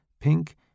pink